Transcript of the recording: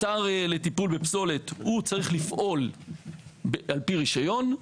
אתר לטיפול בפסולת הוא צריך לפעול על פי רישיון.